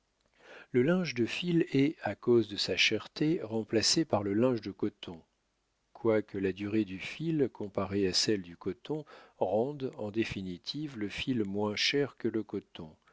le linge de fil est à cause de sa cherté remplacé par le linge de coton quoique la durée du fil comparée à celle du coton rende en définitive le fil moins cher que le